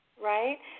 Right